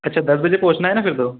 अच्छा दस बजे पहुँचना है ना फिर तो